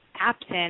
Absent